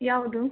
ಯಾವುದು